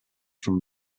from